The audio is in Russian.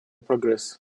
прогресс